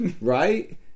right